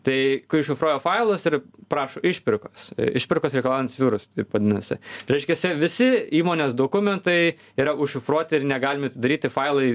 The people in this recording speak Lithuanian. tai kai užšifruoja failus ir prašo išpirkos išpirkos reikalaujantis biuras taip vadinasi reiškiasi visi įmonės dokumentai yra užšifruoti ir negalimi daryti failai